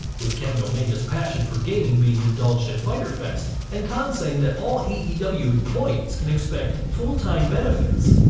with kenny omega's passion for gaming being indulged at fyter fest, and khan saying that all aew employees can expect full-time benefits.